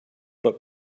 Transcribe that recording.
but